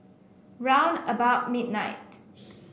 round about midnight